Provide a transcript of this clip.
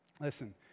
Listen